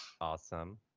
awesome